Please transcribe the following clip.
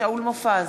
שאול מופז,